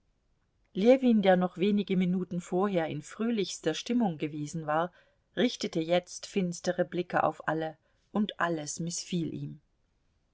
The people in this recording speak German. ljewin der noch wenige minuten vorher in fröhlichster stimmung gewesen war richtete jetzt finstere blicke auf alle und alles mißfiel ihm